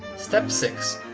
step six.